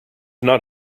not